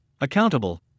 accountable